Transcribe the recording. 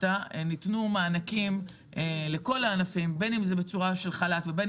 ניתנו מענקים לכל הענפים בין בחל"ת ובין